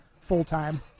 full-time